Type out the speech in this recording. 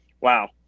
Wow